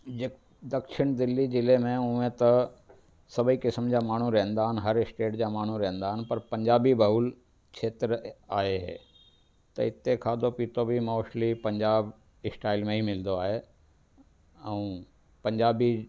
दक्षिण दिल्ली जिले में हूअ त सभई किस्मु जा माण्हू रहंदा आहिनि हर स्टेट जा माण्हू रहंदा आहिनि पर पंजाबी बाहूल खेत्र आहे त हिते खाधो पितो बि मोस्टली पंजाब स्टाइल में ई मिलदो आहे ऐं पंजाबी